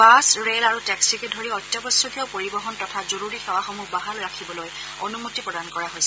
bus rail আৰু টেক্সিকে ধৰি অত্যাৱশ্যকীয় পৰিবহণ তথা জৰুৰী সেৱাসমূহ বাহাল ৰাখিবলৈ অনুমতি প্ৰদান কৰা হৈছে